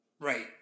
Right